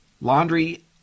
Laundry